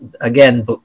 again